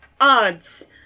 Odds